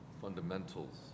Fundamentals